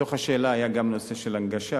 בתוך השאלה היה גם נושא ההנגשה.